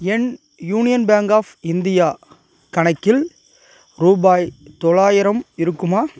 N Union Bank of India கணக்கில் ரூபாய் தொள்ளாயிரம் இருக்குமா